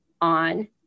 on